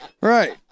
Right